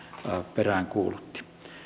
peräänkuulutti